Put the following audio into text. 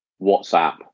WhatsApp